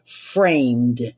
Framed